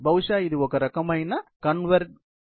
బహుశా ఇది ఒక రకమైన కన్వేరైజ్డ్ సిస్టమ్